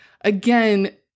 again